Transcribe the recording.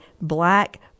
black